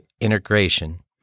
integration